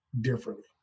differently